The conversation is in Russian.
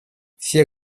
все